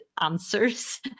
answers